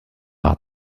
war